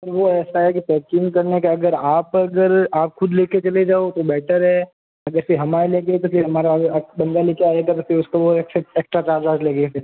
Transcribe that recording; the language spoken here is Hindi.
वो ऐसा है कि पैकिंग करने का अगर आप अगर आप खुद लेके चले जाओ तो बेटर है वैसे हमारा लेंगे तो फिर हमारा बन्दा लेके आएगा तो फिर उसको वो एक्स्ट्रा एक्स्ट्रा चार्ज वार्ज लगेगा फिर